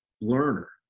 learner